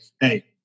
Hey